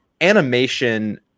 animation